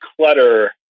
clutter